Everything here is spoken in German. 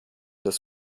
das